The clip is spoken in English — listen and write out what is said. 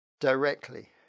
directly